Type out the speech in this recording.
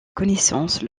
connaissance